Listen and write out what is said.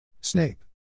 Snape